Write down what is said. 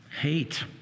hate